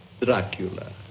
Dracula